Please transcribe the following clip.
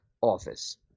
office